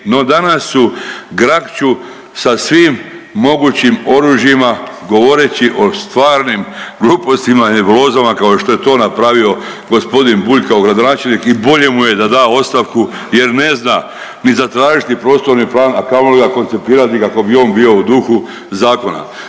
No danas su, grakću sa svim mogućim oružjima govoreći o stvarnim glupostima, nebulozama kao što je to napravio gospodin Bulj kao gradonačelnik i bolje mu je da da ostavku jer ne zna ni zatražiti prostorni plan, a kamoli ga koncipirati kako bi on bio u duhu zakona.